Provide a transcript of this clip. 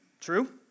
True